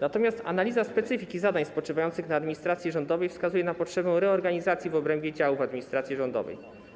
natomiast analiza specyfiki zadań spoczywających na administracji rządowej wskazuje na potrzebę reorganizacji w obrębie działów administracji rządowej.